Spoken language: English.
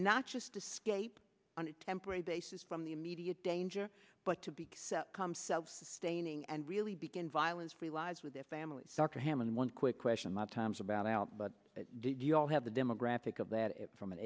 not just escape on a temporary basis from the immediate danger but to be self sustaining and really begin violence free lives with their families dr hammond one quick question my time's about out but do you all have the demographic of that from an